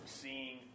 seeing